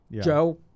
Joe